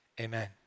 Amen